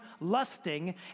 lusting